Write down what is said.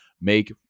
make